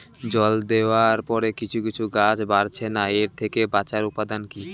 জল দেওয়ার পরে কিছু কিছু গাছ বাড়ছে না এর থেকে বাঁচার উপাদান কী?